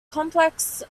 complex